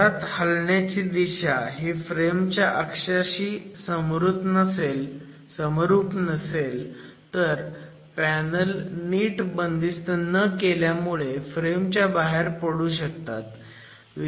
जोरात हलण्याची दिशा ही फ्रेम च्या अक्षाशी समरुप नसेल तर पॅनल नीट बंदिस्त न केल्यामुळे फ्रेम च्या बाहेर पडू शकतात